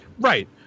Right